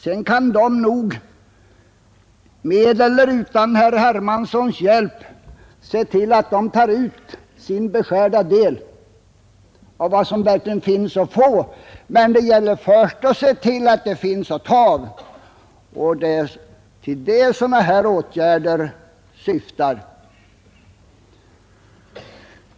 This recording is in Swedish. Sedan kan vi nog, med eller utan herr Hermanssons hjälp, se till att de tar ut sin beskärda del av vad som verkligen finns att få. Men det gäller först att se till att det finns något att ta av, och det är till det sådana här åtgärder syftar.